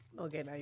Okay